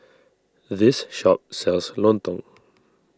this shop sells Lontong